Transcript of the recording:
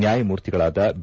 ನ್ಯಾಯಮೂರ್ತಿಗಳಾದ ಬಿ